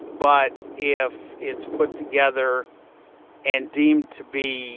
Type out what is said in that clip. but if it's put together and deemed to be